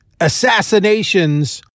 assassinations